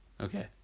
okay